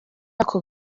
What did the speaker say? ako